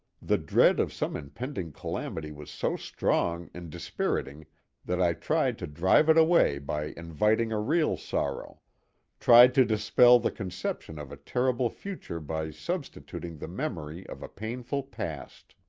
the dread of some impending calamity was so strong and dispiriting that i tried to drive it away by inviting a real sorrow tried to dispel the conception of a terrible future by substituting the memory of a painful past.